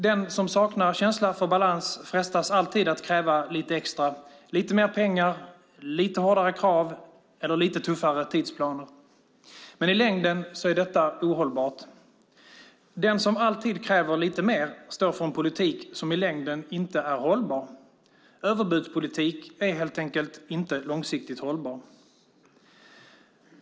Den som saknar känsla för balans frestas alltid att kräva lite extra - lite mer pengar, lite hårdare krav eller lite tuffare tidsplaner. Men i längden är detta ohållbart. Den som alltid kräver lite mer står för en politik som i längden inte är hållbar. Överbudspolitik är helt enkelt inte långsiktigt hållbar.